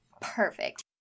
Perfect